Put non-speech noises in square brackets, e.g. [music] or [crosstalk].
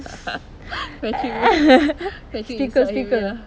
[noise] speaker speaker